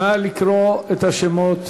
נא לקרוא את השמות